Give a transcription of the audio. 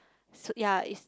yea is